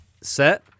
set